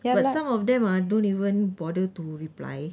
but some of them ah don't even bother to reply